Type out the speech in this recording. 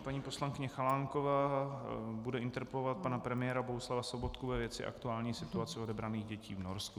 Paní poslankyně Chalánková bude interpelovat pana premiéra Bohuslava Sobotku ve věci aktuální situace odebraných dětí v Norsku.